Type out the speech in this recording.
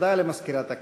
הודעה למזכירת הכנסת.